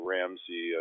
Ramsey